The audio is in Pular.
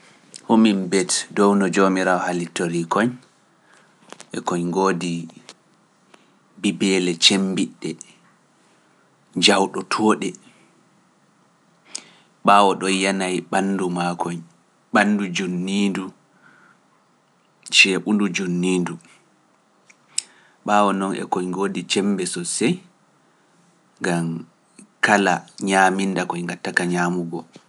Humin bet dow no Joomiraawo halitori koñ e koñ ngoodi bibeele cemmbiɗɗe jawɗo tooɗe, ɓaawo ɗo yanayi ɓanndu maa koñ, ɓanndu junniindu, ceeɓundu junniindu, ɓaawo noon e koñ ngoodi cembe so sey, ngam kala ñaaminda koye ngatta ka ñaamugo.